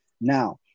Now